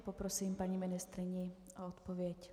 A poprosím paní ministryni o odpověď.